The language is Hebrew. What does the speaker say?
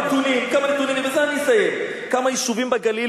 אתן כמה נתונים ובזה אסיים: בכמה יישובים בגליל